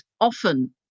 often